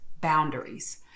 boundaries